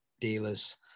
dealers